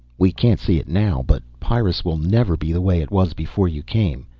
we can't see it now, but pyrrus will never be the way it was before you came.